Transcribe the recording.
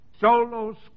Solo